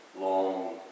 long